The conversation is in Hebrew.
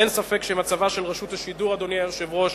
אין ספק שמצבה של רשות השידור, אדוני היושב-ראש,